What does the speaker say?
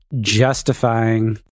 Justifying